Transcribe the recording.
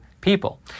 people